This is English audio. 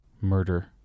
murder